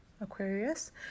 Aquarius